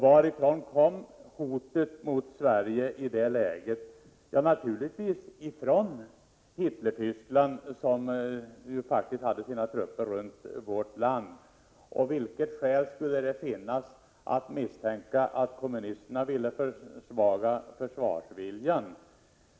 Varifrån kom hotet mot Sverige i det läget? Naturligtvis från Hitlertyskland, som ju faktiskt hade sina trupper runt vårt land. Och vilket skäl skulle det finnas att misstänka att kommunisterna då ville försvaga försvarsviljan?